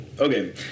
Okay